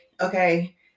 okay